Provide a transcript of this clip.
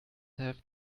have